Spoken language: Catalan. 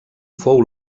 fou